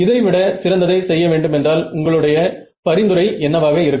இதை விட சிறந்ததை செய்ய வேண்டும் என்றால் உங்களுடைய பரிந்துரை என்னவாக இருக்கும்